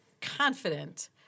confident